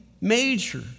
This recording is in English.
major